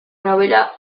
novela